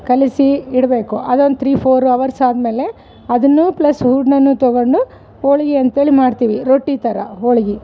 ಕಲಸಿ ಇಡಬೇಕು ಅದೊಂದು ತ್ರೀ ಫೋರ್ ಅವರ್ಸ್ ಆದಮೇಲೆ ಅದನ್ನು ಪ್ಲಸ್ ಹೂರ್ಣನು ತೊಗೊಂಡು ಹೋಳ್ಗೆ ಅಂತೇಳಿ ಮಾಡ್ತಿವಿ ರೊಟ್ಟಿ ಥರ ಹೋಳಿಗೆ